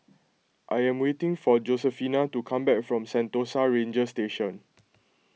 I am waiting for Josefina to come back from Sentosa Ranger Station